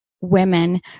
women